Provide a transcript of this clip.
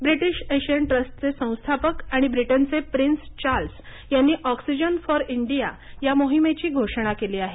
British Asian ट्रस्टचे संस्थापक आणि ब्रिटनचे प्रिन्स चार्ल्स यांनी ऑक्सिजन फॉर इंडिया या मोहिमेची घोषणा केली आहे